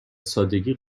سادگی